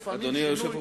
לפעמים יש שינוי,